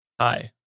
hi